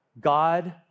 God